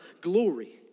glory